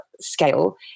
scale